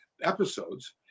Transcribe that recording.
episodes